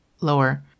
lower